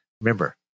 Remember